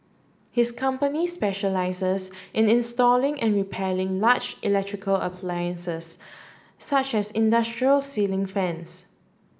his company specialises in installing and repairing large electrical appliances such as industrial ceiling fans